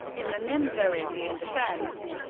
in the nimzo-indian defense,